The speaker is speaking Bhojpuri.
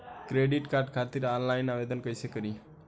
क्रेडिट कार्ड खातिर आनलाइन आवेदन कइसे करि?